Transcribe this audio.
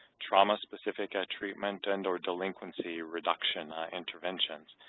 trauma-specific ah treatment and or delinquency reduction interventions.